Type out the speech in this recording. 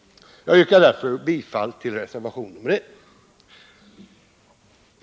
Jag yrkar därför bifall till reservation 1.